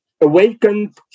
awakened